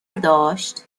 داشت